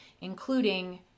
including